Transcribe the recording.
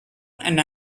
and